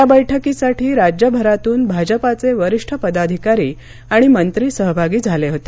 या बैठकीसाठी राज्यभरातून भाजपाचे वरिष्ठ पदाधिकारी आणि मंत्री सहभागी झाले होते